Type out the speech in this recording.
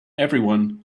everyone